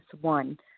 One